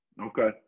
Okay